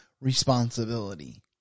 responsibility